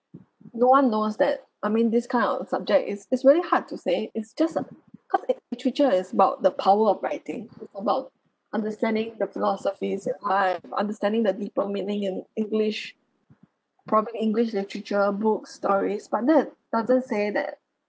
no one knows that I mean this kind of subject is is really hard to say it's just a cause in literature is about the power of writing is about understanding the philosophies require for understanding the deeper meaning in english probably english literature books stories but that doesn't say that